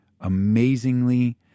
amazingly